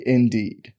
Indeed